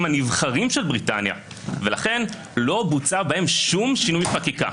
הנבחרים של בריטניה ולכןלא בוצע בהם שום שינוי חקיקה.